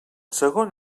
segon